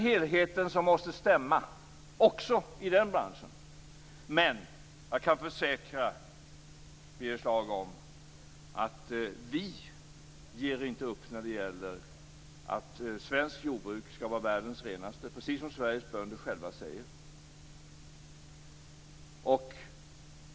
Helheten måste stämma också i den branschen. Jag kan försäkra Birger Schlaug om att vi inte ger upp när det gäller att svenskt jordbruk skall vara världens renaste, precis som Sveriges bönder själva säger.